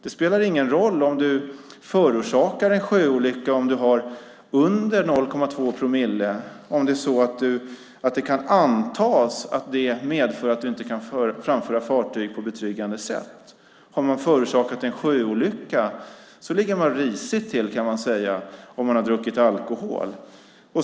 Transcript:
Det spelar ingen roll om man har under 0,2 promille alkohol i blodet om man förorsakar en sjöolycka och om det kan antas att det medför att man inte kan framföra fartyg på ett betryggande sätt. Har man förorsakat en sjöolycka ligger man risigt till, kan man säga, om man har druckit alkohol.